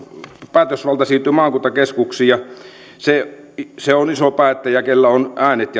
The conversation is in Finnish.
päätösvalta siirtyy maakuntakeskuksiin ja se se on iso päättäjä jolla on